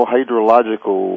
Hydrological